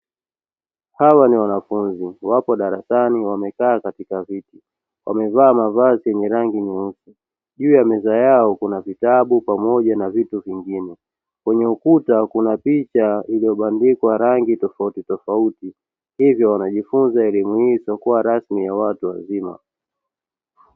Hawa ni wanafunzi wapo darasani wamekaa katika viti, wamevaa mavazi yenye rangi nyeusi, juu ya meza yao kuna vitabu pamoja na vitu vingine, kwenye ukuta kuna picha iliyobandikwa rangi tofautitofauti hivyo wanajifunza elimu hii isiyokuwa rasmi ya watu wazima.